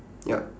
ya